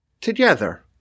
together